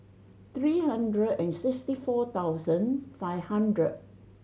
three hundred and sixty four thousand five hundred